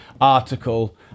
article